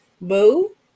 Boo